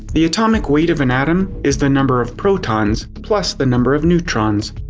the atomic weight of an atom is the number of protons plus the number of neutrons.